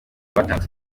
batanze